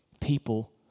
people